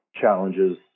challenges